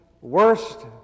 worst